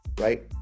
right